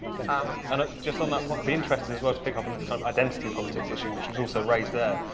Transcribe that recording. um and just on that point, i'd be interested as well to pick up on this kind of identity politics issue, which was also raised there,